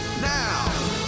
now